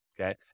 okay